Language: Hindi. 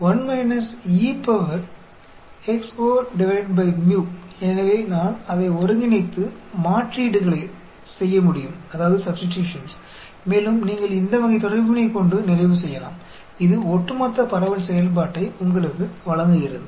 इसलिए मैं इसे एकीकृत कर सकती हूं और प्रतिस्थापन कर सकती हूं और अंत में आप इस प्रकार का संबंध प्राप्त कर सकते हैं जो आपको क्युमुलेटिव डिस्ट्रीब्यूशन फ़ंक्शन प्रदान करता है